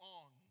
on